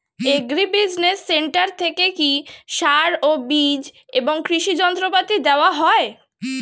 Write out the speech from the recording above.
Agri business centre থেকে কি সার ও বিজ এবং কৃষি যন্ত্র পাতি দেওয়া হয়?